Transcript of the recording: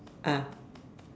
ah